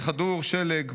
ככדור שלג,